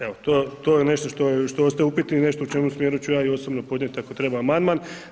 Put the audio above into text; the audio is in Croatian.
Evo, to je nešto što ostaje upitno i u čijem smjeru ću ja i osobno podnijeti ako treba amandman.